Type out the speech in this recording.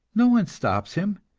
no one stops him,